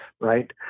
right